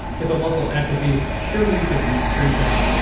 if a muscle atrophied surely you could re-strengthen it,